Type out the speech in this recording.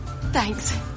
Thanks